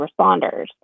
responders